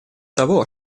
того